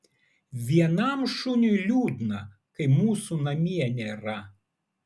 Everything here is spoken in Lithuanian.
vienam šuniui liūdna kai mūsų namie nėra